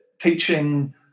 teaching